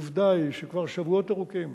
עובדה היא שכבר שבועות ארוכים